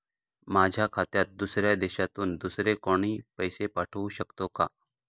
माझ्या खात्यात दुसऱ्या देशातून दुसरे कोणी पैसे पाठवू शकतो का?